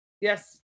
yes